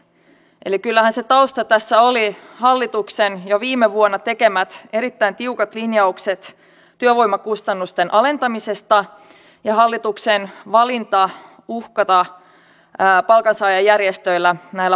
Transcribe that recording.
eli kyllähän se tausta tässä oli hallituksen jo viime vuonna tekemät erittäin tiukat linjaukset työvoimakustannusten alentamisesta ja hallituksen valinta uhata palkansaajajärjestöjä pakkolaeilla